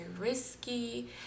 risky